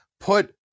put